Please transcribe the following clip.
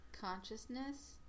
consciousness